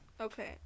okay